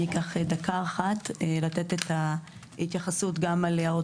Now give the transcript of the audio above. אקח דקה אחת לתת ההתייחסות להערות